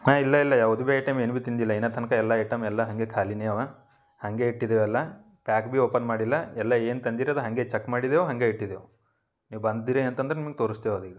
ಹಾಂ ಇಲ್ಲ ಇಲ್ಲ ಯಾವ್ದ ಬಿ ಐಟಮ್ ಏನು ಬಿ ತಿಂದಿಲ್ಲ ಇನ್ನ ತನಕ ಎಲ್ಲ ಐಟಮ್ ಎಲ್ಲ ಹಾಗೆ ಖಾಲಿನೇ ಅವ ಹಾಗೆ ಇಟ್ಟಿದೇವಿ ಎಲ್ಲ ಪ್ಯಾಕ್ ಬಿ ಓಪನ್ ಮಾಡಿಲ್ಲ ಎಲ್ಲ ಏನು ತಂದಿರದು ಹಾಗೆ ಚೆಕ್ ಮಾಡಿದೇವೆ ಹಾಗೆ ಇಟ್ಟಿದೇವೆ ನೀವು ಬಂದಿರೇ ಅಂತಂದ್ರ ನಿಮಗ ತೋರುಸ್ತೇವೆ ಅದ ಈಗ